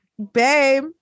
Babe